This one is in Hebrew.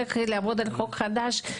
צריך לעבוד על חוק של פנדמיות,